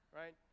right